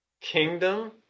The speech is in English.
kingdom